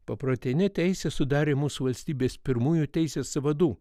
paprotinė teisė sudarė mūsų valstybės pirmųjų teisės vadų